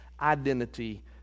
identity